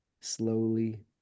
slowly